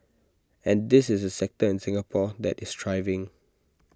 and this is A sector in Singapore that is thriving